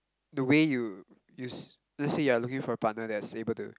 the way you use let's say you are looking for a partner that is able to